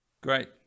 Great